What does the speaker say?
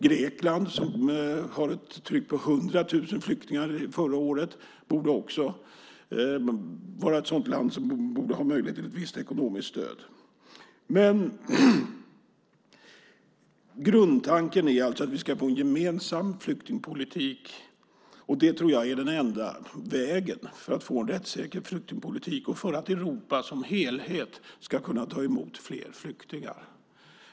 Grekland, som hade ett tryck på 100 000 flyktingar förra året, borde också ha möjlighet till ett visst ekonomiskt stöd. Grundtanken är alltså att vi ska få en gemensam flyktingpolitik. Det tror jag är den enda vägen för att få en rättssäker flyktingpolitik och för att Europa som helhet ska kunna ta emot fler flyktingar.